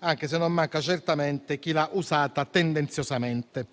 anche se non manca certamente chi l'ha usata tendenziosamente.